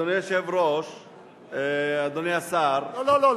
אדוני היושב-ראש, אדוני השר, לא, לא.